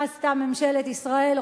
מה עשתה ממשלת ישראל?